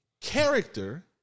character